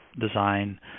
design